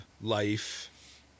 life